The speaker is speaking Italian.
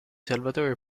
salvatore